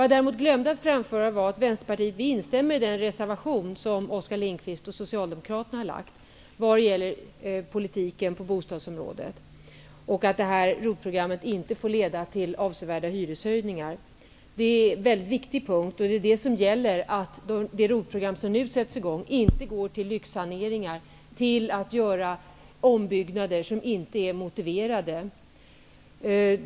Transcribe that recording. Jag glömde att säga att vi i Vänsterpartiet instämmer i reservationen från programmet inte får leda till avsevärda hyreshöjningar. Det är en mycket viktig punkt. Det gäller att det ROT-program som nu sätts i gång inte får gå till lyxsaneringar eller till ombyggnader som inte är motiverade.